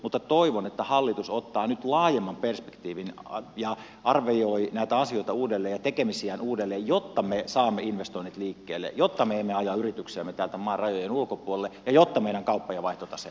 mutta toivon että hallitus ottaa nyt laajemman perspektiivin ja arvioi näitä asioita ja tekemisiään uudelleen jotta me saamme investoinnit liikkeelle jotta me emme aja yrityksiämme täältä maan rajojen ulkopuolelle ja jotta meidän kauppa ja vaihtotaseemme vahvistuu